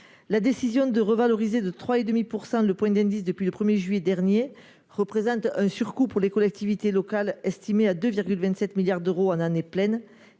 La décision de revaloriser de 3,5 % le point d'indice depuis le 1 juillet dernier représente un surcoût pour les collectivités locales estimé à 2,27 milliards d'euros en année pleine,